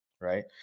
right